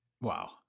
Wow